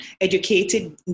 educated